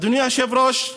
אדוני היושב-ראש,